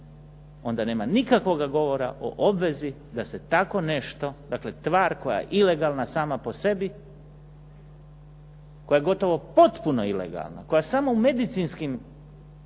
onda nema nikakvoga govora o obvezi da se tako nešto, dakle tvar koja je ilegalna sama po sebi, koja je gotovo potpuno ilegalna, koja samo u medicinskim